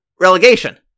relegation